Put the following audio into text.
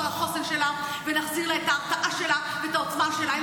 על החוסן שלה ונחזיר לה את ההרתעה שלה ואת העוצמה שלה.